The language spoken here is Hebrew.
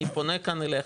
אני פונה כאן אליך,